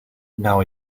now